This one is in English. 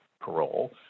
parole